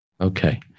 Okay